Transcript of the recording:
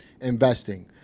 investing